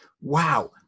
wow